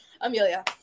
Amelia